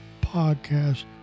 podcast